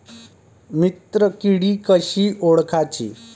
मित्र किडी कशी ओळखाची?